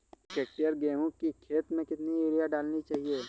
एक हेक्टेयर गेहूँ की खेत में कितनी यूरिया डालनी चाहिए?